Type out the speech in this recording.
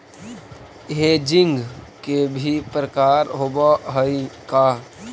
Hedging के भी प्रकार होवअ हई का?